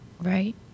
Right